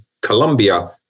Colombia